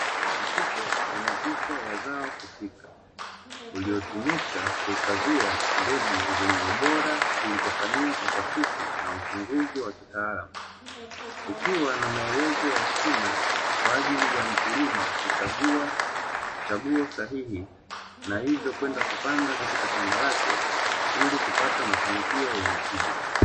Mfuko wenye picha ya zao husika uliotumika kuhifadhia mbegu zenye ubora zilizofanyiwa utafiti na uchunguzi wa kitaalamu, ukiwa na maelezo ya kina kwa ajili ya mkulima kuchagua chaguo sahihi, na hivyo kwenda kupanda katika shamba lake ili kupata mafanikio yenye tija.